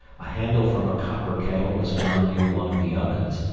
a handle from a copper kettle was found near one of the ovens,